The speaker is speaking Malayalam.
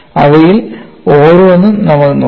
അവയിൽ ഓരോന്നും നമ്മൾ നോക്കും